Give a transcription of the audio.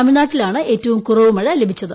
തമിഴ്നാട്ടിലാണ് ഏറ്റവും കുറവ് മഴ ലഭിച്ചത്